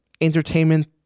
entertainment